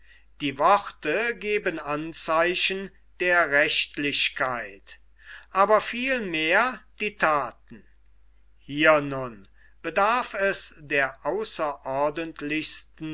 die worte geben anzeichen der rechtlichkeit aber viel mehr die thaten hier nun bedarf es der